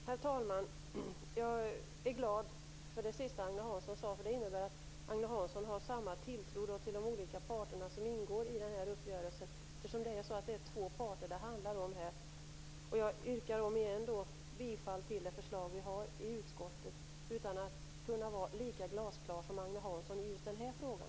Herr talman! Jag är glad över det som Agne Hansson avslutade med. Det innebär att Agne Hansson hyser samma tilltro till de olika parterna som ingår i uppgörelsen - det handlar här om två parter. Jag yrkar omigen bifall till utskottets förslag, trots att det inte är lika glasklart som Agne Hansson är i just den här frågan.